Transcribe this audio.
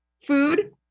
Food